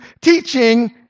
teaching